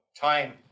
time